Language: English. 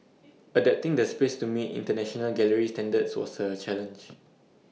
adapting the space to meet International gallery standards was A challenge